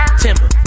timber